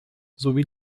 sowie